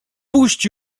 puść